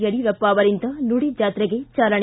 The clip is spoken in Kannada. ಯಡಿಯೂರಪ್ಪ ಅವರಿಂದ ನುಡಿಜಾತ್ರೆಗೆ ಚಾಲನೆ